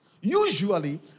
Usually